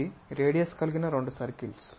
ఇవి రేడియస్ కలిగిన రెండు సర్కిల్స్